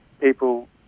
people